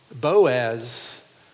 Boaz